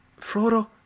Frodo